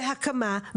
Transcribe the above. בהקמה,